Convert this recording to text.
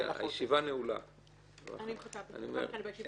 הישיבה ננעלה בשעה 09:35.